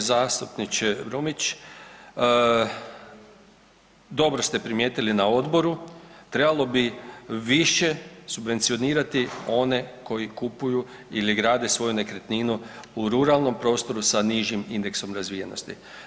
Poštovani zastupniče Brumnić, dobro ste primijetili na odboru trebalo bi više subvencionirati one koji kupuju ili grade svoju nekretninu u ruralnom prostoru sa nižim indeksom razvijenosti.